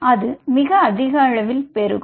அது மிக அதிகளவில் பெருகும்